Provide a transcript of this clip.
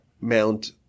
mount